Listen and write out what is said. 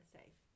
safe